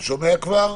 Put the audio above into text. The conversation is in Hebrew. כבר בזום.